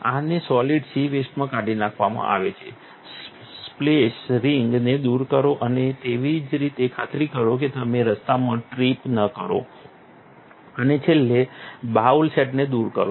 આને solid C વેસ્ટમાં કાઢી નાખવામાં આવે છે સ્પ્લેશ રિંગ ને દૂર કરો અને તેવી જ રીતે ખાતરી કરો કે તમે રસ્તામાં ટ્રિપ ન કરો અને છેલ્લે બાઉલ સેટને દૂર કરો